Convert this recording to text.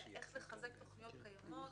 אלא איך לחזק תוכניות קיימות,